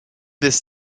this